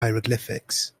hieroglyphics